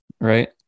right